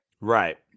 right